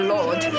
Lord